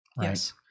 yes